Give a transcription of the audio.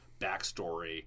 backstory